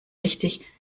richtig